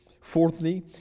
Fourthly